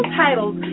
titles